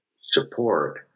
support